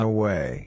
Away